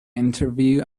interview